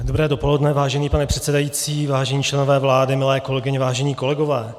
Dobré dopoledne, vážený pane předsedající, vážení členové vlády, milé kolegyně, vážení kolegové.